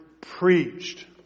preached